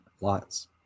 lots